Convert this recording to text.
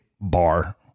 bar